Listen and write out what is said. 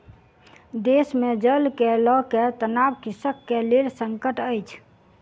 देश मे जल के लअ के तनाव कृषक के लेल संकट अछि